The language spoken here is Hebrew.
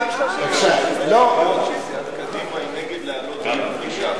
סיעת קדימה היא נגד העלאת גיל הפרישה.